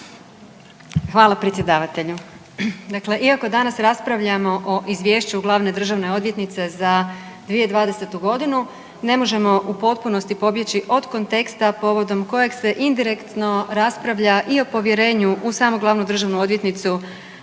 Hvala predsjedavatelju. Dakle, iako danas raspravljamo o Izvješću glavne državne odvjetnice za 2020. godinu ne možemo u potpunosti pobjeći od konteksta povodom kojeg se indirektno raspravlja i o povjerenju u samu glavnu državnu odvjetnicu